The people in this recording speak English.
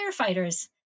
firefighters